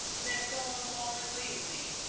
then go along and leave me,